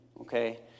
okay